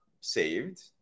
saved